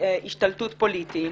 השתלטות פוליטיים.